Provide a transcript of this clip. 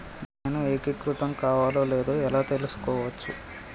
నేను ఏకీకృతం కావాలో లేదో ఎలా తెలుసుకోవచ్చు?